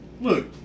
look